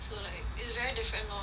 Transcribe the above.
so like it's very different orh